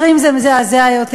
20 זה מזעזע יותר,